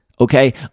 okay